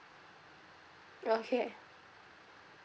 okay